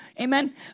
amen